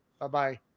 Bye-bye